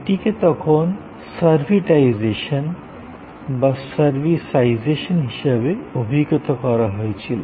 এটিকে তখন সার্ভিটিজেশন বা সার্ভিসাইজেশন হিসাবে অভিহিত করা হয়েছিল